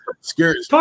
Scary